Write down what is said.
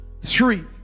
three